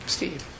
Steve